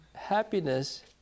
happiness